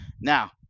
Now